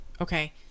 okay